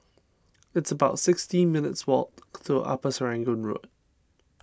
it's about sixteen minutes' walk to Upper Serangoon Road